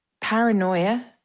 Paranoia